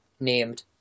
named